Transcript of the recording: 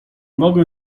mogę